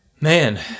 Man